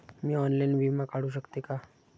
मी online विमा काढू शकते का?